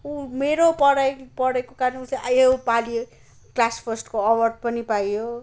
उ मेरो पढाई पढेको कारण यो पालि क्लास फस्टको अवार्ड पनि पायो